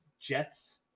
jets